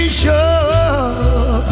sure